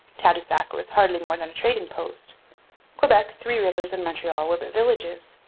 tadoussac was hardly more than a trading-post. quebec, three rivers, and montreal were but villages.